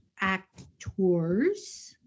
actors